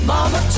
Mama